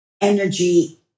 energy